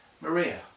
Maria